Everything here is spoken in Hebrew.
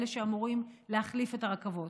אלה שאמורים להחליף את הרכבות.